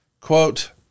Quote